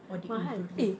or the embryo